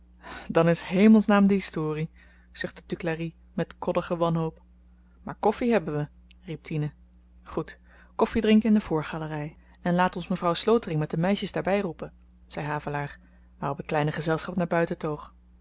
s hemelsnaam de historie zuchtte duclari met koddige wanhoop maar koffi hebben we riep tine goed koffidrinken in de voorgalery en laat ons mevrouw slotering met de meisjes daarby roepen zei havelaar waarop t kleine gezelschap naar buiten